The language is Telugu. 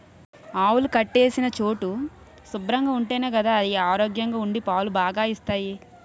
ఆవులు కట్టేసిన చోటు శుభ్రంగా ఉంటేనే గదా అయి ఆరోగ్యంగా ఉండి పాలు బాగా ఇస్తాయి